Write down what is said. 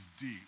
deep